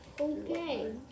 Okay